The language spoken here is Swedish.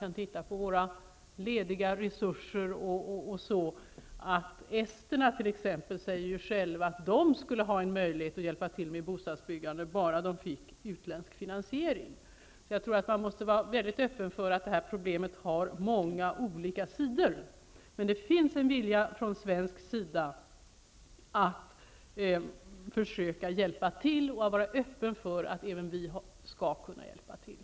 Vi har ju lediga resurser i Sverige, men esterna själva säger att de skulle kunna hjälpa till med bostadsbyggande bara det gick att ordna med utländsk finansiering. Man måste således vara öppen för att det här problemet har många olika sidor. Det finns dock en vilja från svensk sida att försöka hjälpa till och att vara öppen för att även vi skall kunna hjälpa till.